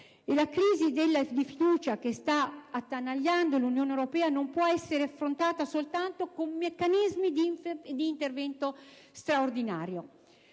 La crisi di fiducia che sta attanagliando l'Unione europea non può essere affrontata soltanto con meccanismi di intervento straordinario.